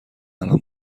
الان